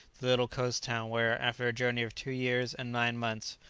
the little coast-town where, after a journey of two years and nine months,